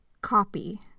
Copy